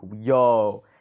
yo